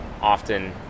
often